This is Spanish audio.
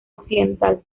occidental